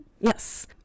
Yes